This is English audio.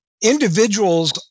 Individuals